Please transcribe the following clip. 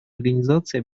организации